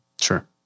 Sure